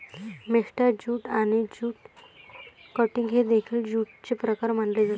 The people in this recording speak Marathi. मेस्टा ज्यूट आणि ज्यूट कटिंग हे देखील ज्यूटचे प्रकार मानले जातात